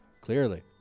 Clearly